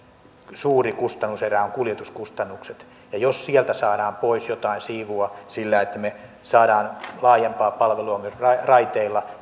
suuri kustannuserä ovat kuljetuskustannukset ja jos sieltä saadaan pois jotain siivua sillä että me saamme laajempaa palvelua myös raiteilla